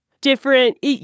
different